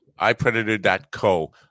ipredator.co